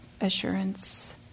assurance